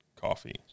coffee